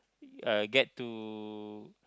uh get to